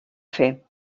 fer